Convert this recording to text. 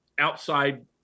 outside